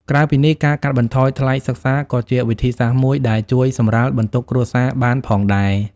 ក្រៅពីនេះ ការកាត់បន្ថយថ្លៃសិក្សា ក៏ជាវិធីសាស្ត្រមួយដែលជួយសម្រាលបន្ទុកគ្រួសារបានផងដែរ។